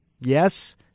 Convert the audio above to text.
yes